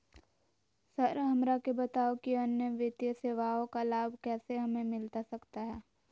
Sir हमरा के बताओ कि अन्य वित्तीय सेवाओं का लाभ कैसे हमें मिलता सकता है?